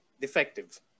defective